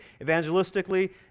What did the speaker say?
evangelistically